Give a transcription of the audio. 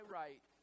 right